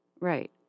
right